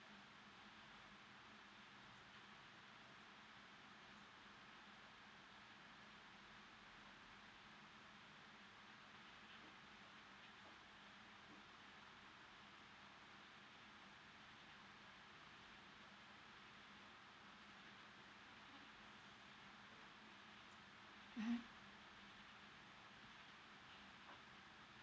mmhmm